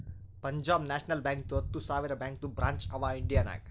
Punjab national ಬ್ಯಾಂಕ್ದು ಹತ್ತ ಸಾವಿರ ಬ್ಯಾಂಕದು ಬ್ರ್ಯಾಂಚ್ ಅವಾ ಇಂಡಿಯಾ ನಾಗ್